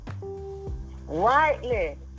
rightly